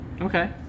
okay